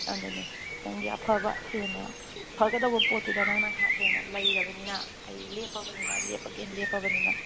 ꯑꯗꯨꯅꯤ ꯅꯪꯒꯤ ꯑꯐꯕ ꯍꯦꯟꯅ ꯐꯒꯗꯧꯕ ꯄꯣꯠꯇꯨꯗ ꯅꯪꯅ ꯍꯦꯟꯅ ꯂꯩꯔꯕꯅꯤꯅ ꯑꯩ ꯂꯦꯞꯄꯕꯅꯤꯅ ꯑꯩ ꯂꯦꯞꯄꯒꯦꯅ ꯂꯦꯞꯄꯕꯅꯤꯅ